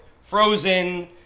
Frozen